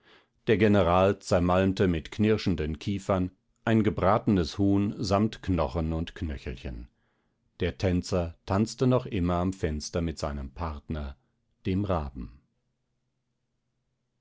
der general zermalmte mit knirschenden kiefern ein gebratenes huhn samt knochen und knöchelchen der tänzer tanzte noch immer am fenster mit seinem partner dem raben